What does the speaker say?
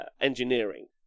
engineering